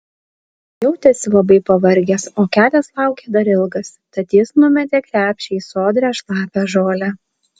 jautėsi labai pavargęs o kelias laukė dar ilgas tad jis numetė krepšį į sodrią šlapią žolę